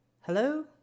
Hello